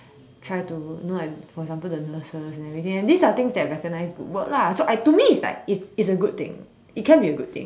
try to you know for example the nurses and everything and these are things that recognise good work lah so I to me like it's it's a good thing it can be a good thing